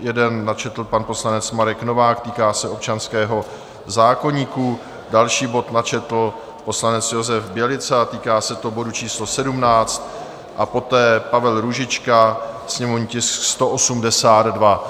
Jeden načetl pan poslanec Marek Novák, týká se občanského zákoníku, další bod načetl poslanec Josef Bělica, týká se to bodu číslo 17, a poté Pavel Růžička, sněmovní tisk 182.